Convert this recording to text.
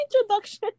introduction